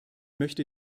möchte